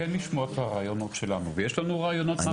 כן לשמוע את הרעיונות שלנו ויש לנו רעיונות מהפכניים.